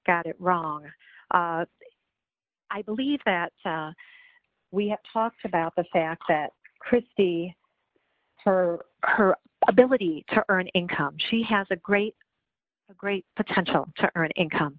got it wrong i believe that we have talked about the fact that christy her her ability to earn income she has a great great potential to earn income